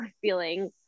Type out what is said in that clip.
feeling